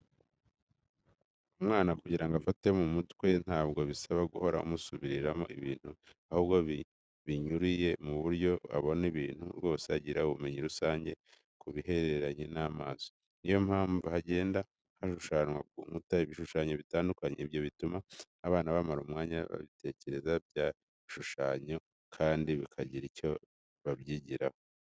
Umwana kugira ngo afate mu mutwe ntabwo bisaba guhora umusubiriramo ibintu, ahubwo binyuriye mu byo abona bituma rwose agira ubumenyi rusange ku bihereranye n'amaso. Ni yo mpamvu hagenda hashushanwa ku nkuta ibishushanyo bitandukanye. Ibyo bituma abana bamara umwanya bitegereza bya bishushanyo kandi bakagira icyo babyigiraho.